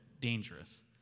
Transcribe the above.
dangerous